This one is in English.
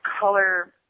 color